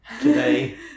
today